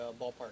ballpark